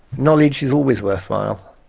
knowledge is always worthwhile.